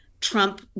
Trump